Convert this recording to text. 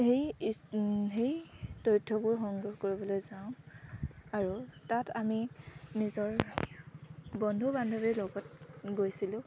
সেই সেই তথ্যবোৰ সংগ্ৰহ কৰিবলৈ যাওঁ আৰু তাত আমি নিজৰ বন্ধু বান্ধৱীৰ লগত গৈছিলোঁ